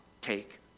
take